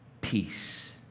peace